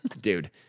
Dude